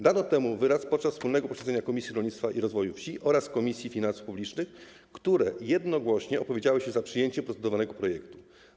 Dano temu wyraz podczas wspólnego posiedzenia Komisji Rolnictwa i Rozwoju Wsi oraz Komisji Finansów Publicznych, które jednogłośnie opowiedziały się za przyjęciem procedowanego projektu.